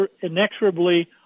inexorably